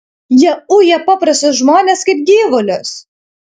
jie uja paprastus žmones kaip gyvulius